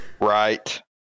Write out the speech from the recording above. right